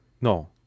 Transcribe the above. No